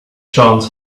johns